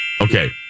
Okay